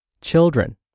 children